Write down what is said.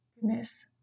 goodness